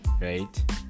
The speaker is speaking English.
right